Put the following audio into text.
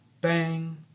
Bang